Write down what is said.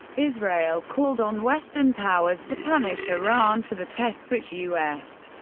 israel called on western powers to punish iran for the tests, which u s.